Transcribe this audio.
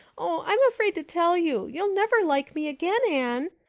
oh, i'm afraid to tell you. you'll never like me again, anne.